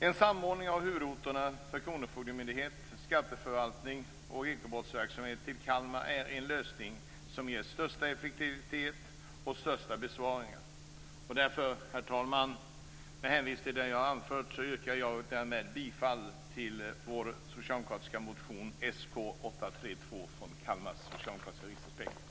En samordning av huvudorterna för kronofogdemyndighet, skatteförvaltning och ekobrottsverksamhet till Kalmar är den lösning som ger störst effektivitet och störst besparingar. Herr talman! Med hänvisning till det som jag har anfört yrkar jag bifall till motionen Sk832 från socialdemokraterna i Kalmar.